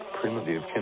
primitive